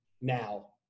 now